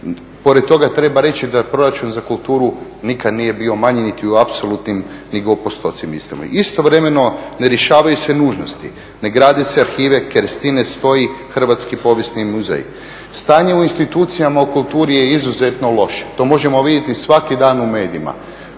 Pored toga treba reći da proračun za kulturu nikad nije bio manji niti u apsolutnim ni …/Govornik se ne razumije./… postocima. Istovremeno ne rješavaju se nužnosti, ne grade se arhive. Kerestinec stoji, Hrvatski povijesni muzej. Stanje u institucijama u kulturi je izuzetno loše, to možemo vidjeti svaki dan u medijima.